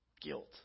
guilt